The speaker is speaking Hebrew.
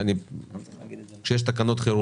אני לא רגישה למילה.